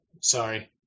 Sorry